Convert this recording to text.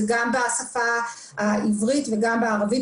זה גם בשפה העברית וגם בערבית,